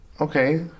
Okay